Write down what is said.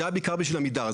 זה בעיקר בשביל עמידר.